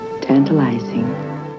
tantalizing